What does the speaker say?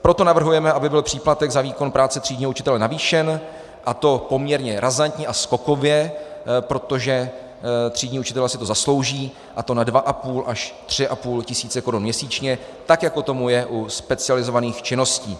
Proto navrhujeme, aby byl příplatek za výkon práce třídního učitele navýšen, a to poměrně razantně a skokově, protože třídní učitelé si to zaslouží, a to na 2 500 až 3 500 korun měsíčně, tak jako tomu je u specializovaných činností.